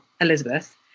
Elizabeth